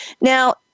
Now